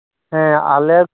ᱦᱮᱸ ᱟᱞᱮ